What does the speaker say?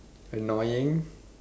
annoying